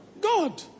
God